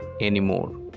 anymore